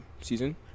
season